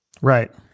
Right